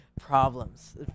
problems